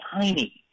tiny